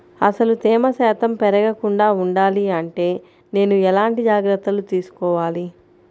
అసలు తేమ శాతం పెరగకుండా వుండాలి అంటే నేను ఎలాంటి జాగ్రత్తలు తీసుకోవాలి?